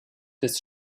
des